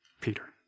Peter